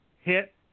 hit